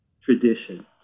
tradition